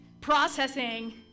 processing